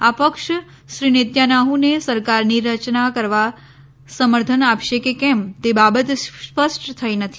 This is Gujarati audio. આ પક્ષ શ્રી નેતાન્યાહને સરકારની રચના કરવા સમર્થન આપશે કે કેમ તે બાબત સ્પષ્ટ થઈ નથી